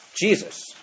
Jesus